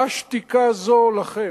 מה שתיקה זו לכם?